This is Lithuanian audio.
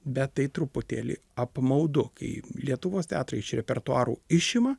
bet tai truputėlį apmaudu kai lietuvos teatrai iš repertuarų išima